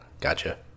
Gotcha